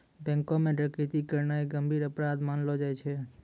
बैंको म डकैती करना एक गंभीर अपराध मानलो जाय छै